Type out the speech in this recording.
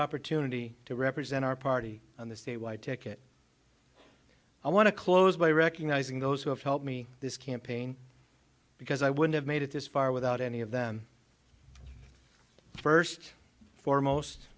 opportunity to represent our party on the statewide ticket i want to close by recognizing those who have helped me this campaign because i would have made it this far without any of them first and foremost